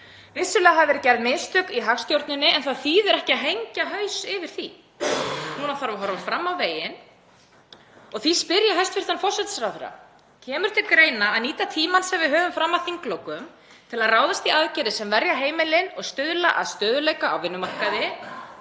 Vissulega hafa verið gerð mistök í hagstjórninni en það þýðir ekki að hengja haus yfir því. Núna þarf að horfa fram á veginn og því spyr ég hæstv. forsætisráðherra: Kemur til greina að nýta tímann sem við höfum fram að þinglokum til að ráðast í aðgerðir sem verja heimilin og stuðla að stöðugleika á vinnumarkaði?